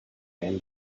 end